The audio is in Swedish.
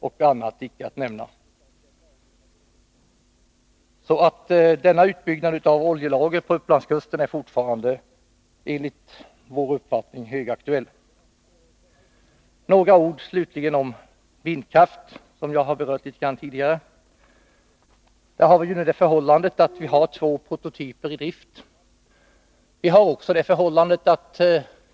Den utbyggnad av oljelagringen på Upplandskusten som Hargshamnsprojektet innebär är fortfarande, enligt vår uppfattning, högaktuell. Slutligen vill jag säga några ord om vindkraft, som jag tidigare har berört litet grand. Vi har två prototyper i drift.